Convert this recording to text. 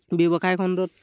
ব্যৱসায় খণ্ডত